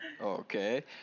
okay